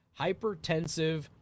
hypertensive